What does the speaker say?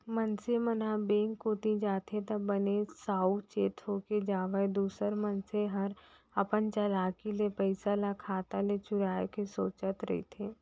मनसे मन ह बेंक कोती जाथे त बने साउ चेत होके जावय दूसर मनसे हर अपन चलाकी ले पइसा ल खाता ले चुराय के सोचत रहिथे